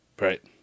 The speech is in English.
Right